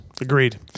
Agreed